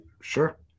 Sure